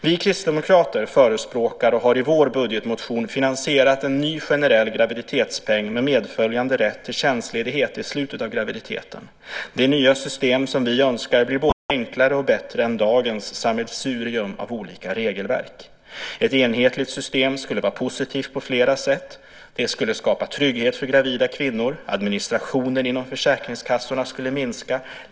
Vi kristdemokrater förespråkar och har i vår budgetmotion finansierat en ny generell graviditetspeng med medföljande rätt till tjänstledighet i slutet av graviditeten. Det nya system som vi önskar blir både enklare och bättre än dagens sammelsurium av olika regelverk. Ett enhetligt system skulle vara positivt på flera sätt. Det skulle skapa trygghet för gravida kvinnor. Administrationen inom försäkringskassorna skulle minska.